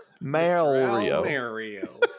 Mario